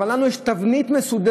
אבל לנו יש תבנית מסוימת,